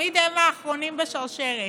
תמיד הם האחרונים בשרשרת.